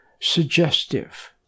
suggestive